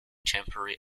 temporary